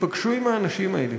תיפגשו עם האנשים האלה.